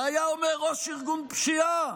והיה אומר ראש ארגון פשיעה: